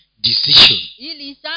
decision